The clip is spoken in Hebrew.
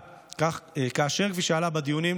כפי שעלה בדיונים,